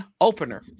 opener